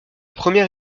première